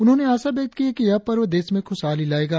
उन्होंने आशा व्यक्त की है कि यह पर्व देश में खुशहाली लायेगा